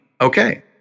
Okay